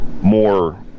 more